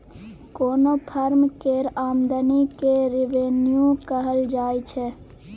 कोनो फर्म केर आमदनी केँ रेवेन्यू कहल जाइ छै